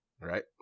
Right